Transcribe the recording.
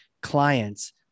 clients